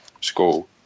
school